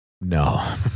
No